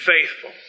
faithful